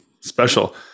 special